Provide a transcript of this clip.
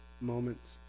moments